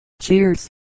Cheers